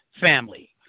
family